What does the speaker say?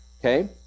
okay